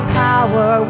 power